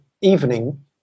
evening